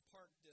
Park